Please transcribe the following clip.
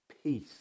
Peace